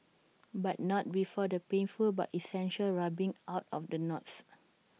but not before the painful but essential rubbing out of the knots